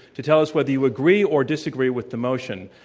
to tell us whether you agree or disagree with the motion.